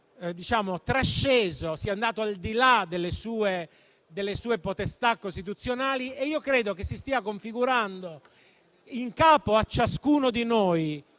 trasceso, sia andato al di là delle sue potestà costituzionali. E credo si stia configurando in capo a ciascuno di noi,